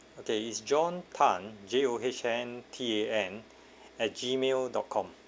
okay is john tan J O H N T A N at gmail dot com